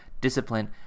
discipline